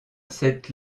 cette